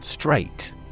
Straight